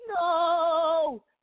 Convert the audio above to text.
no